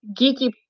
Geeky